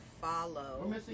follow